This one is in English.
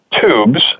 tubes